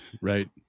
right